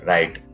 Right